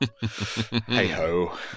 hey-ho